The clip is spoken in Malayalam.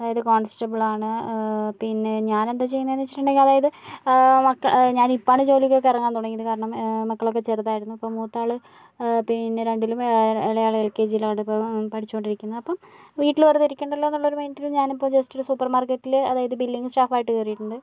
അതായത് കോൺസ്റ്റബിൾ ആണ് പിന്നെ ഞാനെന്താ ചെയ്യണേന്ന് വച്ചിട്ടുണ്ടെങ്കിൽ അതായത് മക്ക ഞാനിപ്പോളാണ് ജോലിക്കൊക്കെ ഇറങ്ങാൻ തുടങ്ങിയത് കാരണം മക്കളൊക്കെ ചെറുതായിരുന്നു ഇപ്പോൾ മൂത്തയാള് പിന്നെ രണ്ടിലും ഇളയാള് എൽകെജിയിലായിട്ടിപ്പോൾ പഠിച്ചു കൊണ്ടിരിക്കുന്നു അപ്പം വീട്ടില് വെറുതെ ഇരിക്കണ്ടല്ലോ എന്നൊള്ളൊരു മൈന്റില് ഞാനിപ്പോ ജസ്റ്റൊരു സൂപ്പർ മാർക്കറ്റില് അതായത് ബില്ലിംഗ് സ്റ്റാഫായിട്ട് കയറിയിട്ടുണ്ട്